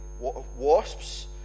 wasps